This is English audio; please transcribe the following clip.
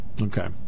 Okay